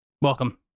Welcome